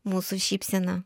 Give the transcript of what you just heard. mūsų šypsena